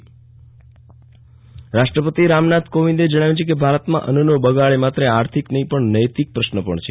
વિરલ રાણા રાષ્ટ્રપતિ ઃ રાષ્ટ્રપતિ રામનાથ કોવિંદે જણાવ્યું છે કે ભારતમાં અન્નનો બગાડ એ માત્ર આર્થિક નહીં પણ નૈતિક પ્રશ્ન પણ છે